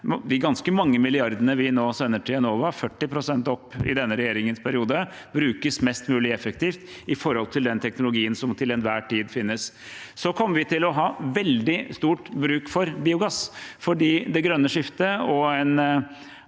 de ganske mange milliardene vi nå sender til Enova, 40 pst. opp i denne regjeringens periode – brukes mest mulig effektivt på den teknologien som til enhver tid finnes. Vi kommer også til å ha veldig bruk for biogass fordi det grønne skiftet og en